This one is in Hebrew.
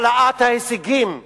העלאת ההישגים בבגרות,